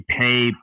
pay